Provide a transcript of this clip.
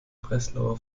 breslauer